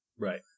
Right